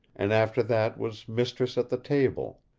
and after that was mistress at the table,